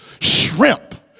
shrimp